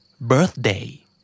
Birthday